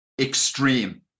extreme